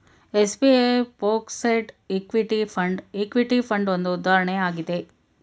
SBI focused equity fund, equity fund ಒಂದು ಉದಾಹರಣೆ ಆಗಿದೆ